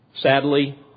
Sadly